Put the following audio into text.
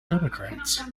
democrats